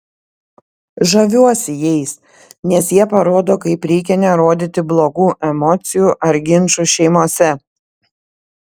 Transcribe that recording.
žaviuosi jais nes jie parodo kaip reikia nerodyti blogų emocijų ar ginčų šeimose